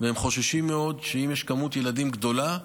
והם חוששים מאוד שאם יש כמות ילדים גדולה,